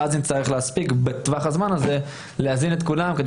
ואז נצטרך להספיק בטווח הזמן הזה להזין את כולם כדי